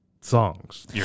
songs